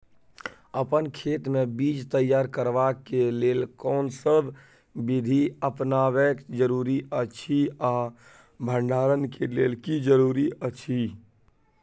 अपन खेत मे बीज तैयार करबाक के लेल कोनसब बीधी अपनाबैक जरूरी अछि आ भंडारण के लेल की जरूरी अछि?